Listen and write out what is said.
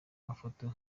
mafoto